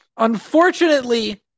Unfortunately